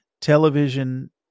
television